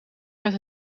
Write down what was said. met